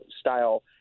style